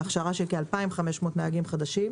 להכשרה של כ-2,500 נהגים חדשים,